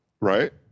Right